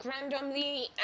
randomly